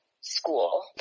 school